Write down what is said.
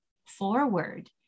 forward